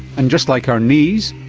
and just like our knees,